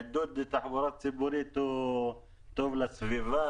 עידוד התחבורה הציבורית הוא טוב לסביבה,